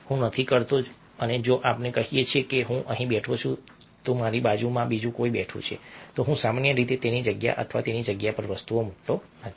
હું નથી કરતો અને જો આપણે કહીએ કે હું અહીં બેઠો છું અને મારી બાજુમાં બીજું કોઈ બેઠું છું તો હું સામાન્ય રીતે તેની જગ્યા અથવા તેની જગ્યા પર વસ્તુઓ મૂકતો નથી